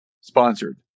Sponsored